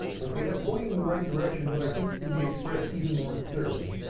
okay, that's going in the right direction, but i think it can be expressed even more clearly.